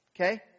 okay